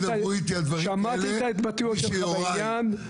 שמעתי את ההתבטאויות שלך בעניין.